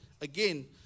Again